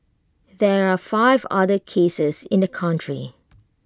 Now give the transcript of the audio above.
there are five other cases in the country